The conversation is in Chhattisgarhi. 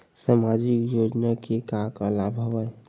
सामाजिक योजना के का का लाभ हवय?